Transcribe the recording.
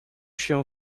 się